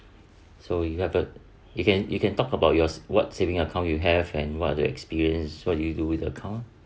so you have the you can you can talk about yours what saving account you have and what're the experience what do you do with the account